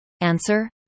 Answer